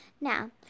Now